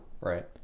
Right